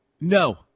No